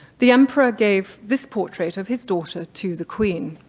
the emperor gave this portrait of his daughter to the queen.